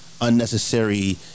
unnecessary